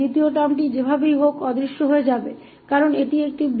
दूसरा टर्म वैसे भी गायब हो जाएगा क्योंकि यह एक माइनस टर्म है